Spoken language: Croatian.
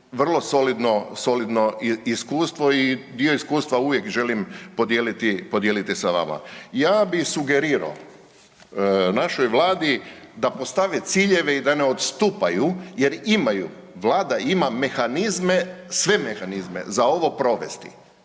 vrlo solidno iskustvo i dio iskustva uvijek želim podijeliti sa vama. Ja bih sugerirao našoj Vladi da postave ciljeve i da ne odstupaju jer imaju, Vlada ima mehanizme, sve mehanizme za ovo provesti